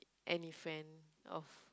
any friend of